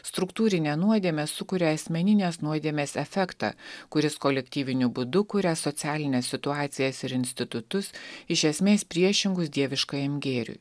struktūrinę nuodėmę sukuria asmeninės nuodėmės efektą kuris kolektyviniu būdu kuria socialines situacijas ir institutus iš esmės priešingus dieviškajam gėriui